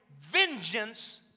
vengeance